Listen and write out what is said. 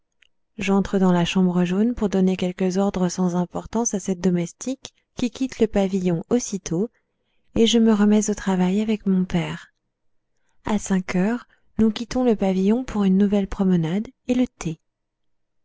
j'entre dans la chambre jaune pour donner quelques ordres sans importance à cette domestique qui quitte le pavillon aussitôt et je me remets au travail avec mon père à cinq heures nous quittons le pavillon pour une nouvelle promenade et le thé